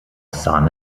sahne